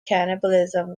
cannibalism